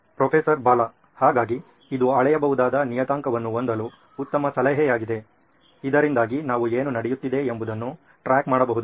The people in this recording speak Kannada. ಪ್ರೊಫೆಸರ್ ಬಾಲಾ ಹಾಗಾಗಿ ಇದು ಅಳೆಯಬಹುದಾದ ನಿಯತಾಂಕವನ್ನು ಹೊಂದಲು ಉತ್ತಮ ಸಲಹೆಯಾಗಿದೆ ಇದರಿಂದಾಗಿ ನಾವು ಏನು ನಡೆಯುತ್ತಿದೆ ಎಂಬುದನ್ನು ಟ್ರ್ಯಾಕ್ ಮಾಡಬಹುದು